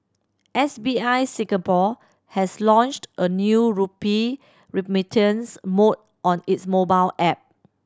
S B I Singapore has launched a new rupee remittance mode on its mobile app